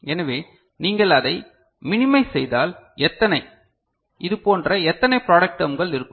எனவே நீங்கள் அதைக் மினிமைஸ் செய்தால் எத்தனை இதுபோன்ற எத்தனை ப்ராடக்ட் டெர்ம்கள் இருக்கும்